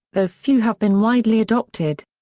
though few have been widely adopted.